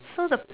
so the